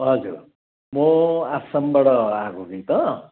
हजुर म आसमबाट आएको कि त